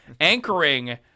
anchoring